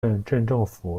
政府